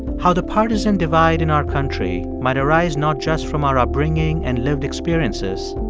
how the partisan divide in our country might arise not just from our upbringing and lived experiences,